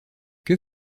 que